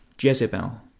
Jezebel